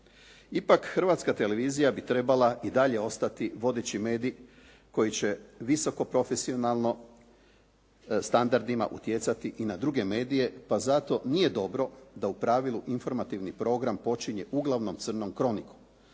Ipak Hrvatska televizija bi trebala i dalje ostati vodeći medij koji će visoko profesionalno standardima utjecati i na druge medije, pa zato nije dobro da u pravilu informativni program počinje uglavnom crnom kronikom.